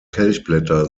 kelchblätter